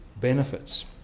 benefits